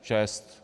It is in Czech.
Šest.